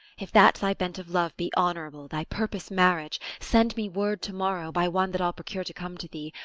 if that thy bent of love be honourable, thy purpose marriage, send me word to-morrow, by one that i'll procure to come to thee,